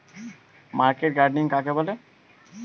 Market gardening কাকে বলে?